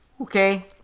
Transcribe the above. okay